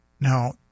Now